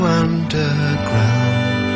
underground